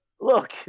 Look